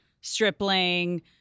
Stripling